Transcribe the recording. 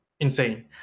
Insane